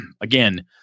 Again